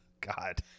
God